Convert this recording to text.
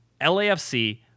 LAFC